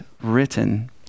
written